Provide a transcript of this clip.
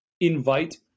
invite